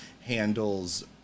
handles